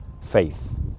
faith